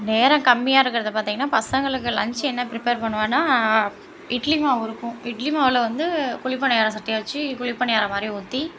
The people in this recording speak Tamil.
நேரம் கம்மியாக இருக்கிறத பார்த்தீங்கன்னா பசங்களுக்கு லன்ச்சு என்ன ப்ரிப்பேர் பண்ணுவேன்னால் இட்லி மாவு இருக்கும் இட்லி மாவில் வந்து குழி பணியாரம் சட்டியை வச்சு குழி பணியாரம் மாதிரி ஊற்றி